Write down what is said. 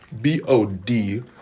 B-O-D